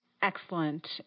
Excellent